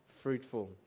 fruitful